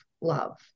love